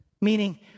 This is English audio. Meaning